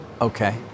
Okay